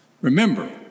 Remember